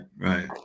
right